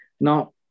Now